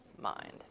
mind